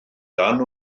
dan